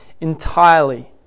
entirely